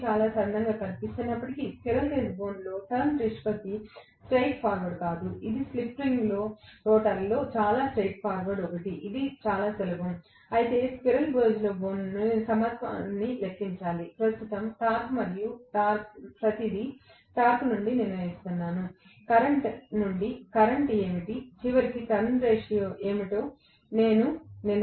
ఇది చాలా సరళంగా కనిపిస్తున్నప్పటికీ స్క్విరెల్ బోనులో టర్న్స్ నిష్పత్తి స్ట్రెయిట్ ఫార్వర్డ్ కాదు ఇది స్లిప్ రింగ్ రోటర్లో చాలా స్ట్రెయిట్ ఫార్వర్డ్ ఒకటి ఇది చాలా సులభం అయితే స్క్విరెల్ బోనులో నేను సమానత్వాన్ని లెక్కించాలి ప్రస్తుత టార్క్ మరియు ప్రతిదీ టార్క్ నుండి నేను నిర్ణయిస్తాను కరెంట్ నుండి కరెంట్ ఏమిటి చివరికి టర్న్స్ నిష్పత్తి ఏమిటో నేను నిర్ణయిస్తాను